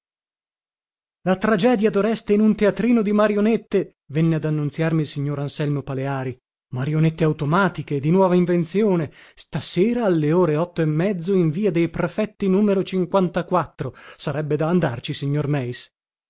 la tragedia doreste in un teatrino di marionette venne ad annunziarmi il signor anselmo paleari marionette automatiche di nuova invenzione stasera alle ore otto e mezzo in via dei prefetti numero cinquantaquattro sarebbe da andarci signor meis